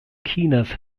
chinas